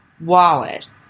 wallet